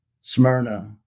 Smyrna